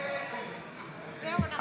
55